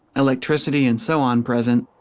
electricity and so on present,